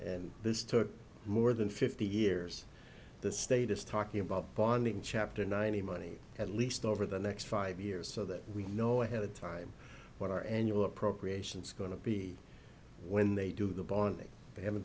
and this took more than fifty years the state is talking about bonding chapter ninety money at least over the next five years so that we know ahead of time what our annual appropriations going to be when they do the bonding they haven't